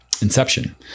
Inception